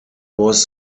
was